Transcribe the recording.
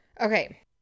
Okay